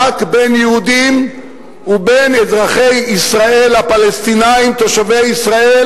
רק בין יהודים ובין אזרחי ישראל הפלסטינים תושבי ישראל,